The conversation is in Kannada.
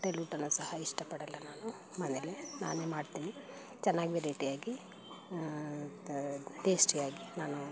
ಹೋಟೆಲ್ ಊಟವೂ ಸಹ ಇಷ್ಟಪಡೋಲ್ಲ ನಾನು ಮನೆಯಲ್ಲೇ ನಾನೇ ಮಾಡ್ತೀನಿ ಚೆನ್ನಾಗಿ ವೆರೈಟಿಯಾಗಿ ತ ಟೇಸ್ಟಿಯಾಗಿ ನಾನು